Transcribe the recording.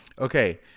Okay